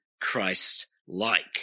Christ-like